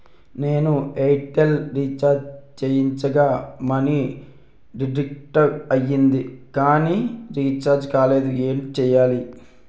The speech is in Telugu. నేను ఎయిర్ టెల్ రీఛార్జ్ చేయించగా మనీ డిడక్ట్ అయ్యింది కానీ రీఛార్జ్ కాలేదు ఏంటి చేయాలి?